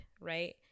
right